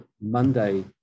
Monday